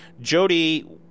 Jody